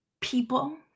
People